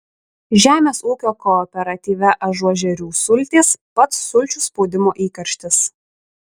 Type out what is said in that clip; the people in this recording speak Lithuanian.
žemės ūkio kooperatyve ažuožerių sultys pats sulčių spaudimo įkarštis